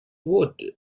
wood